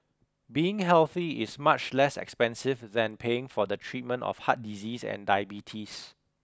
being healthy is much less expensive than paying for the treatment of heart disease and diabetes